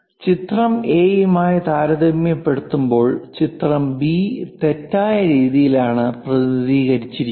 ചിത്രം എ യുമായി താരതമ്യപ്പെടുത്തുമ്പോൾ ചിത്രം ബി തെറ്റായ രീതിയിലാണ് പ്രതിനിധികരിച്ചിരിക്കുന്നത്